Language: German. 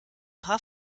paar